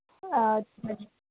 ꯑꯥ